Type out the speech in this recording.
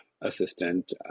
assistant